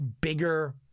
bigger—